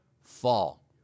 fall